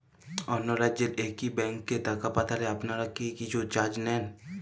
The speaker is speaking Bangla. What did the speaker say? অন্য রাজ্যের একি ব্যাংক এ টাকা পাঠালে আপনারা কী কিছু চার্জ নেন?